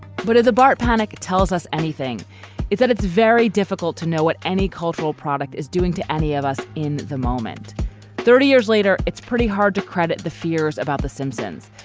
but the bart panic tells us anything it's that it's very difficult to know what any cultural product is doing to any of us in the moment thirty years later. it's pretty hard to credit the fears about the simpsons.